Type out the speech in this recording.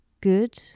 good